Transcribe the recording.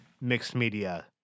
mixed-media